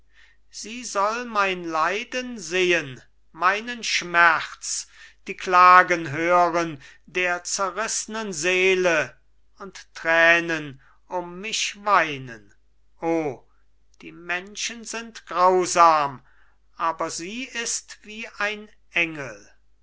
sie soll mein leiden sehen meinen schmerz die klagen hören der zerrißnen seele und tränen um mich weinen o die menschen sind grausam aber sie ist wie ein engel